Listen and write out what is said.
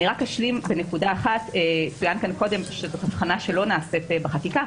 צוין כאן קודם, שזאת הבחנה שלא נעשית בחקיקה.